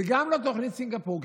זה גם לא תוכנית סינגפור,